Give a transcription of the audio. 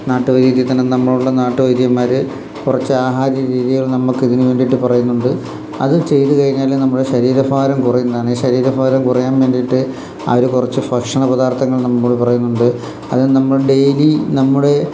നാട്ടുവൈദ്യത്തില്ത്തന്നെ നമ്മളുടെ നാട്ടുവൈദ്യമാര് കുറച്ച് ആഹാര രീതികൾ നമുക്കിതിനു വേണ്ടിയിട്ടു പറയുന്നുണ്ട് അതു ചെയ്തുകഴിഞ്ഞാല് നമ്മുടെ ശരീരഭാരം കുറയുന്നതാണ് ശരീരഭാരം കുറയാൻ വേണ്ടിയിട്ട് അവര് കുറച്ചു ഭക്ഷണ പദാർഥങ്ങൾ നമ്മോട് പറയുന്നുണ്ട് അതു നമ്മൾ ഡെയിലി നമ്മുടെ